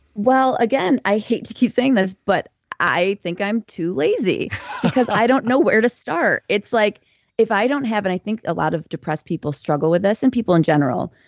well, again, i hate to keep saying this, but i think i'm too lazy because i don't know where to start. it's like if i don't have. and i think a lot of depressed people struggle with this and people in general,